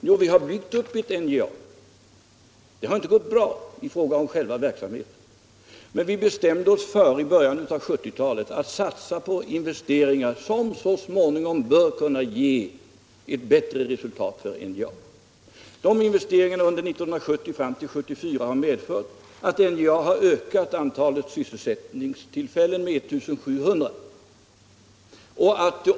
Vi har byggt upp NJA. Det har inte gått bra i fråga om själva verksamheten. Men vi bestämde oss i början av 1970-talet för att satsa på investeringar som så småningom bör kunna ge ett bättre resultat för NJA. De investeringarna från 1970 fram till 1974 har medfört att NJA har ökat antalet sysselsättningstillfällen med 1 700.